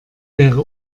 wäre